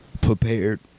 prepared